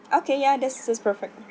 okay ya that's that's perfect